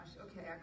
okay